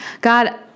God